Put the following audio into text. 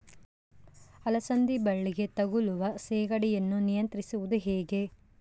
ಅಲಸಂದಿ ಬಳ್ಳಿಗೆ ತಗುಲುವ ಸೇಗಡಿ ಯನ್ನು ನಿಯಂತ್ರಿಸುವುದು ಹೇಗೆ?